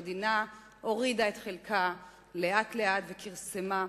לאט המדינה הורידה את חלקה וכרסמה בו,